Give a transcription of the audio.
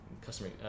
customer